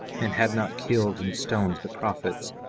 and had not killed and stoned the prophets,